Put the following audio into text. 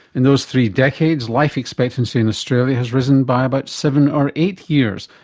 in those three decades life expectancy in australia has risen by about seven or eight years,